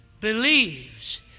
Believes